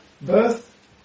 birth